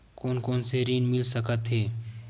कोन कोन से ऋण मिल सकत हे?